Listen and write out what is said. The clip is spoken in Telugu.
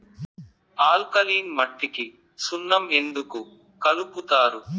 ఆల్కలీన్ మట్టికి సున్నం ఎందుకు కలుపుతారు